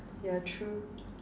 yeah true